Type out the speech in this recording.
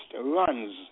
runs